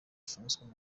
francois